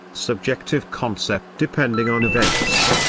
subjective concept depending on events.